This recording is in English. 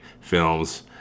films